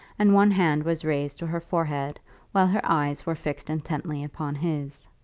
and one hand was raised to her forehead while her eyes were fixed intently upon his.